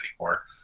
anymore